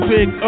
Big